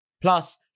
Plus